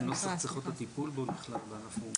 הטיפול בו נכלל.